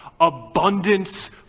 Abundance